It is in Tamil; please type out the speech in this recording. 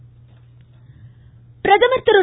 பிரதமர் பிரதமர் திரு